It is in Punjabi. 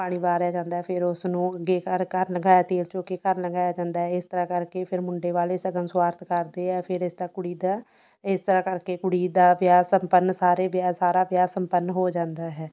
ਪਾਣੀ ਵਾਰਿਆ ਜਾਂਦਾ ਫਿਰ ਉਸ ਨੂੰ ਅੱਗੇ ਘਰ ਘਰ ਲੰਗਾਇਆ ਤੇਲ ਚੋ ਕੇ ਘਰ ਲੰਗਾਇਆ ਜਾਂਦਾ ਇਸ ਤਰਾਂ ਕਰਕੇ ਫਿਰ ਮੁੰਡੇ ਵਾਲੇ ਸ਼ਗਨ ਸੁਆਰਥ ਕਰਦੇ ਆ ਫਿਰ ਇਸ ਦਾ ਕੁੜੀ ਦਾ ਇਸ ਤਰ੍ਹਾਂ ਕਰਕੇ ਕੁੜੀ ਦਾ ਵਿਆਹ ਸੰਪੰਨ ਸਾਰੇ ਵਿਆਹ ਸਾਰਾ ਵਿਆਹ ਸੰਪੰਨ ਹੋ ਜਾਂਦਾ ਹੈ